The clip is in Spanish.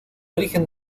origen